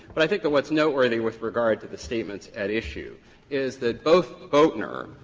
but i think that what's noteworthy with regard to the statements at issue is that both boatner,